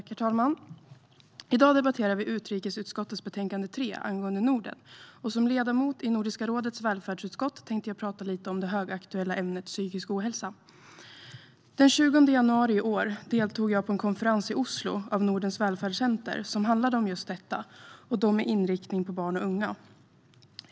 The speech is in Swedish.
Herr talman! I dag debatterar vi utrikesutskottets betänkande 3, om Norden, och som ledamot i Nordiska rådets välfärdsutskott tänkte jag prata lite om det högaktuella ämnet psykisk ohälsa. Den 20 januari i år deltog jag på en konferens i Oslo anordnad av Nordens Välfärdscenter, som handlade om just detta och då med inriktning på barn och unga.